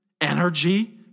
energy